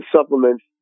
supplements